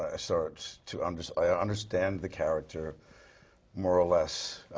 i start to, and so i ah understand the character more or less